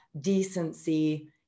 decency